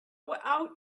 out